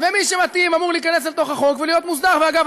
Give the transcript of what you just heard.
ומי שמתאים אמור להיכנס אל תוך החוק ולהיות מוסדר.